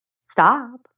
stop